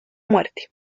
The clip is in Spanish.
muerte